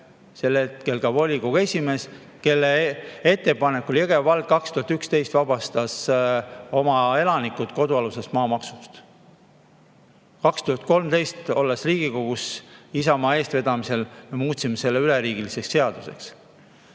sel hetkel ka volikogu esimees, kelle ettepanekul Jõgeva vald 2011. aastal vabastas oma elanikud kodualuse maa maksust. 2013, olles Riigikogus, Isamaa eestvedamisel me muutsime selle üleriigiliseks seaduseks.